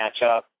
matchup